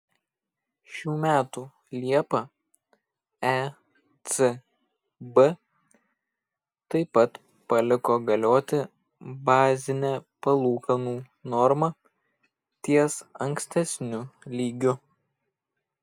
šių metų liepą ecb taip pat paliko galioti bazinę palūkanų normą ties ankstesniu lygiu